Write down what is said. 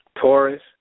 Taurus